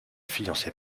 fiancé